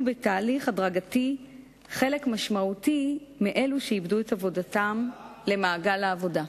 בתהליך הדרגתי חלק משמעותי מאלו שאיבדו את עבודתם למעגל העבודה.